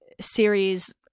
series